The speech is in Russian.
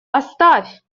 оставь